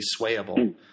swayable